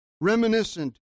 reminiscent